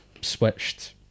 switched